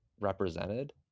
represented